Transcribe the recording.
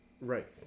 right